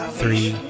three